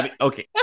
okay